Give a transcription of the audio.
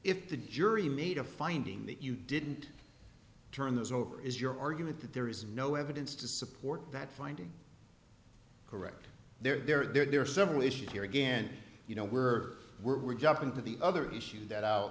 if the jury made a finding that you didn't turn those over is your argument that there is no evidence to support that finding correct there are there are several issues here again you know we're we're jumping to the other issues that out